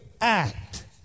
act